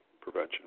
prevention